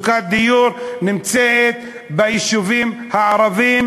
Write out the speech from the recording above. מצוקת הדיור נמצאת ביישובים הערביים.